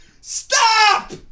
stop